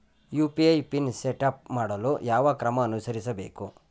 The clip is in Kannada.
ಯು.ಪಿ.ಐ ಪಿನ್ ಸೆಟಪ್ ಮಾಡಲು ಯಾವ ಕ್ರಮ ಅನುಸರಿಸಬೇಕು?